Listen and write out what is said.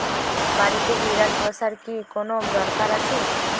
বাড়িতে বিড়াল পোষার কি কোন দরকার আছে?